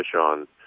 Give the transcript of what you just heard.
on